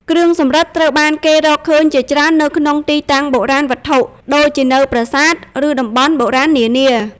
គ្រឿងសំរឹទ្ធិត្រូវបានគេ រកឃើញជាច្រើននៅក្នុងទីតាំងបុរាណវត្ថុ ដូចជានៅប្រាសាទ ឬតំបន់បុរាណនានា។